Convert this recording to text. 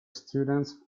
students